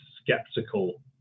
skeptical